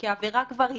כי העבירה כבר התיישנה.